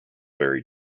very